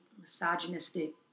misogynistic